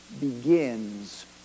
begins